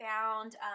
found